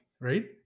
right